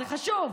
זה חשוב.